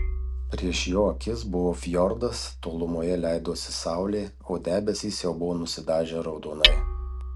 prieš jo akis buvo fjordas tolumoje leidosi saulė o debesys jau buvo nusidažę raudonai